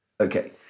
Okay